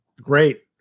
great